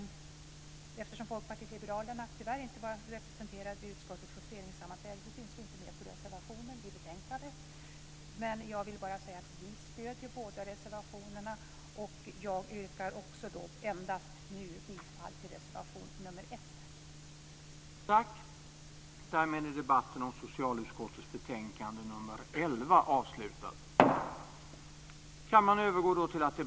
Eftersom Folkpartiet liberalerna tyvärr inte var representerat vid utskottets justeringssammanträde finns vi inte med på reservationerna i betänkandet, men vi stöder båda reservationerna.